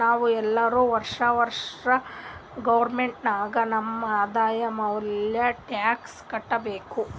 ನಾವ್ ಎಲ್ಲೋರು ವರ್ಷಾ ವರ್ಷಾ ಗೌರ್ಮೆಂಟ್ಗ ನಮ್ ಆದಾಯ ಮ್ಯಾಲ ಟ್ಯಾಕ್ಸ್ ಕಟ್ಟಬೇಕ್